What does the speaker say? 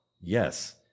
Yes